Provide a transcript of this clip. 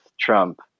Trump